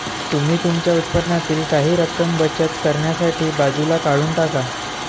तुम्ही तुमच्या उत्पन्नातील काही रक्कम बचत करण्यासाठी बाजूला काढून टाका